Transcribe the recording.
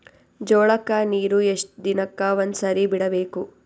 ಜೋಳ ಕ್ಕನೀರು ಎಷ್ಟ್ ದಿನಕ್ಕ ಒಂದ್ಸರಿ ಬಿಡಬೇಕು?